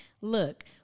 Look